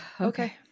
Okay